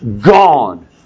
gone